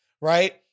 Right